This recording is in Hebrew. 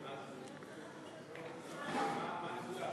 אני לא מבין, מה הנקודה,